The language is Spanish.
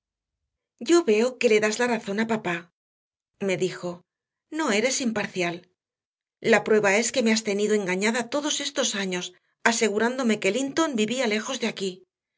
yo veo que le das la razón a papá me dijo no eres imparcial la prueba es que me has tenido engañada todos estos años asegurándome que linton vivía lejos de aquí